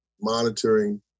monitoring